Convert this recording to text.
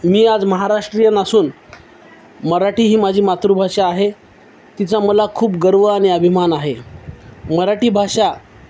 मी आज महाराष्ट्रीयन असून मराठी ही माझी मातृभाषा आहे तिचा मला खूप गर्व आणि अभिमान आहे मराठी भाषा